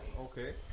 Okay